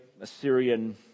Assyrian